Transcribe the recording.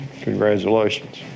Congratulations